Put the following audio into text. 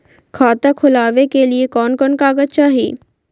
खाता खोलाबे के लिए कौन कौन कागज चाही?